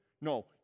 No